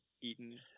eaten